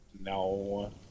No